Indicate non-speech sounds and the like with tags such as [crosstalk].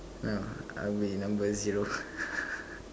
no I will be number zero [laughs]